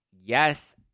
Yes